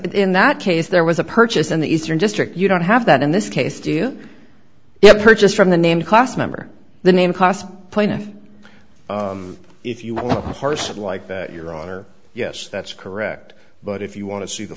in that case there was a purchase in the eastern district you don't have that in this case do you have purchased from the name class member the name cost plaintiff if you want to parse it like that your honor yes that's correct but if you want to see the